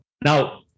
Now